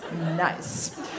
Nice